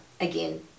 again